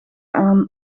aan